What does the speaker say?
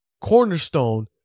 cornerstone